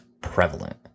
prevalent